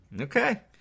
okay